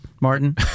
Martin